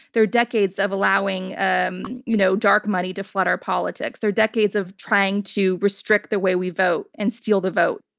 their decades of allowing um you know dark money to flood our politics, their decades of trying to restrict the way we vote, and steal the vote.